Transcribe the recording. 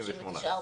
ב-68%.